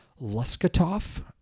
Luskatov